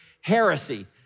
heresy